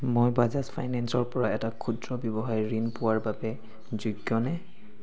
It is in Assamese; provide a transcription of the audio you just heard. মই বাজাজ ফাইনেন্সৰ পৰা এটা ক্ষুদ্ৰ ৱ্যৱসায়ৰ ঋণ পোৱাৰ বাবে যোগ্যনে